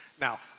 now